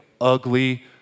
ugly